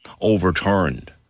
overturned